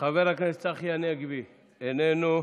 חבר הכנסת צחי הנגבי, איננו,